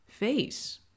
face